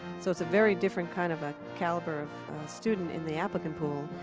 so it's a very different kind of a caliber of student in the applicant pool.